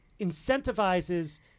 incentivizes